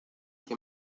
que